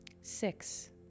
Six